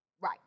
right